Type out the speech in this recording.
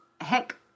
Heck